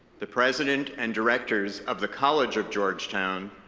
the president and directors of the college of georgetown,